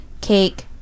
cake